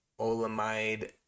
Olamide